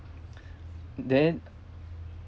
then